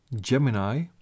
Gemini